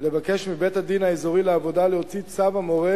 לבקש מבית-הדין האזורי לעבודה להוציא צו המורה